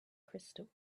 crystal